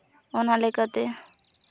ᱚᱱᱟ ᱞᱮᱠᱟᱛᱮ